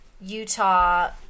Utah